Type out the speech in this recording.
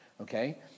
okay